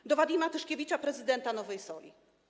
To do Wadima Tyszkiewicza, prezydenta Nowej Soli.